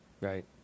Right